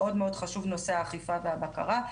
חשוב מאוד נושא האכיפה והבקרה.